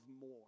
more